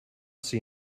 see